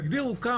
תגדירו את זה.